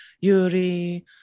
Yuri